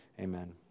Amen